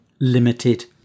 limited